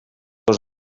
dos